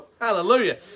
Hallelujah